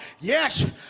Yes